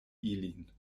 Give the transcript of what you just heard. ilin